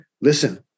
Listen